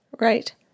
right